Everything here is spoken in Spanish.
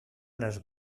las